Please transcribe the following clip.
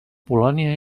polònia